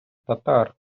татар